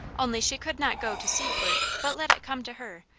only she could not go to seek work, but let it come to her,